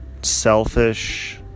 selfish